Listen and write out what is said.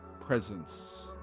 presence